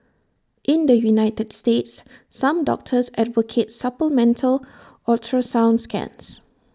in the united states some doctors advocate supplemental ultrasound scans